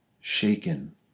shaken